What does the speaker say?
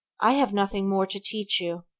i have nothing more to teach you